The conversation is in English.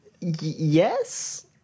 yes